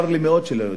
צר לי מאוד שלא יודעים.